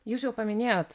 jūs jau paminėjot